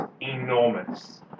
enormous